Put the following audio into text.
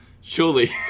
surely